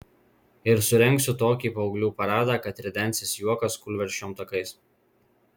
ir surengsiu tokį paauglių paradą kad ridensis juokas kūlversčiom takais